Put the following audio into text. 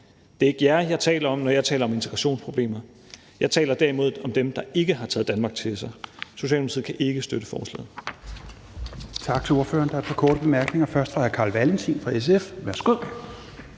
Det er ikke jer, jeg taler om, når jeg taler om integrationsproblemer. Jeg taler derimod om dem, der ikke har taget Danmark til sig. Socialdemokratiet kan ikke støtte